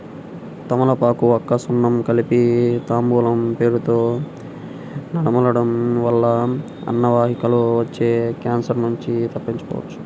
తమలపాకు, వక్క, సున్నం కలిపి తాంబూలం పేరుతొ నమలడం వల్ల అన్నవాహికలో వచ్చే క్యాన్సర్ నుంచి తప్పించుకోవచ్చు